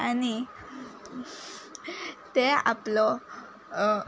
आनी ते आपलो